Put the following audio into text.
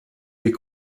des